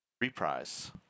Reprise